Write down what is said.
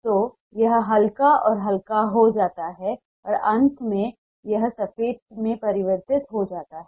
तो यह हल्का और हल्का हो जाता है और अंत में यह सफेद में परिवर्तित हो जाता है